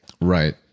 Right